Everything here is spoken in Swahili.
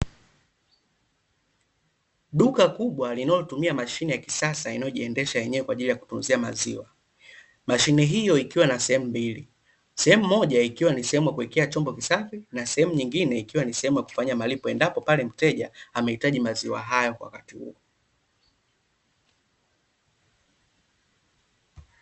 Duka kubwa linalotumia mashine ya kisasa inayojiendesha yenyewe kwa ajili ya kutunzia maziwa. Mashine hiyo ikiwa na sehemu mbili, sehemu moja ikiwa ni sehemu ya kuwekea chombo kisafi na sehemu nyingine ikiwa ni sehemu ya kufanya malipo endapo pale mteja amehitaji maziwa hayo kwa wakati huo.